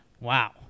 wow